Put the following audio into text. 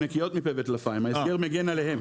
נקיות מפה וטלפיים ההסגר מגן עליהם.